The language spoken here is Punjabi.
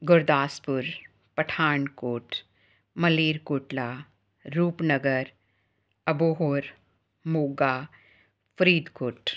ਗੁਰਦਾਸਪੁਰ ਪਠਾਨਕੋਟ ਮਲੇਰਕੋਟਲਾ ਰੂਪਨਗਰ ਅਬੋਹਰ ਮੋਗਾ ਫਰੀਦਕੋਟ